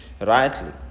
rightly